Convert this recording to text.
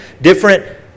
different